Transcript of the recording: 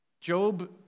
Job